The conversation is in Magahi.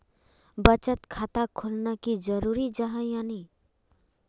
बचत खाता खोलना की जरूरी जाहा या नी?